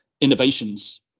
innovations